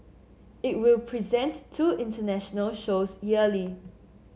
it will present two international shows yearly